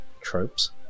tropes